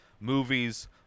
movies